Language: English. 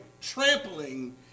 trampling